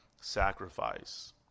sacrifice